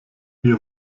wir